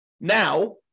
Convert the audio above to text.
now